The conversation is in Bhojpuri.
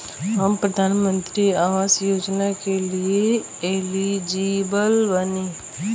हम प्रधानमंत्री आवास योजना के लिए एलिजिबल बनी?